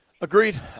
Agreed